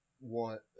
want